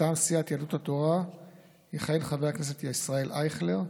מטעם סיעת יהדות התורה יכהן חבר הכנסת ישראל אייכלר,